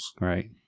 Right